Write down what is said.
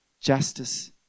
justice